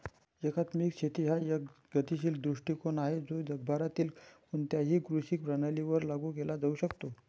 एकात्मिक शेती हा एक गतिशील दृष्टीकोन आहे जो जगभरातील कोणत्याही कृषी प्रणालीवर लागू केला जाऊ शकतो